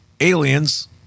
aliens